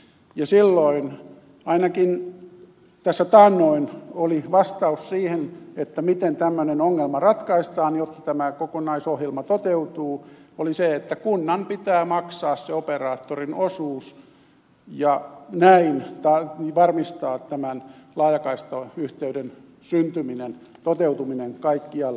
ja ainakin tässä taannoin vastaus siihen miten tämmöinen ongelma ratkaistaan jotta tämä kokonaisohjelma toteutuu oli se että kunnan pitää maksaa se operaattorin osuus ja näin varmistaa tämän laajakaistayhteyden syntyminen toteutuminen kaikkialla